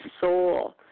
soul